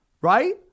right